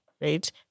right